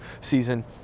season